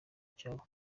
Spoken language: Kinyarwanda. cyabo